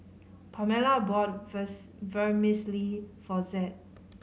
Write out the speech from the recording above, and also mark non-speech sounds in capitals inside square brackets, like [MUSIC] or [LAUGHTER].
Pamela bought [UNINTELLIGIBLE] Vermicelli for Zed